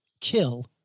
kill